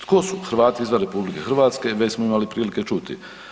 Tko su Hrvati izvan RH već smo imali prilike čuti.